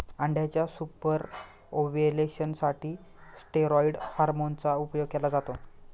अंड्याच्या super ovulation साठी steroid hormone चा उपयोग केला जातो